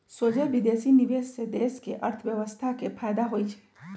सोझे विदेशी निवेश से देश के अर्थव्यवस्था के फयदा होइ छइ